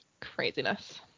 Craziness